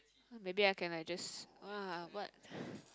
maybe I can like just !wah! what